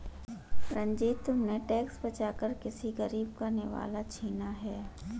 रंजित, तुमने टैक्स बचाकर किसी गरीब का निवाला छीना है